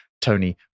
Tony